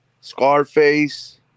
Scarface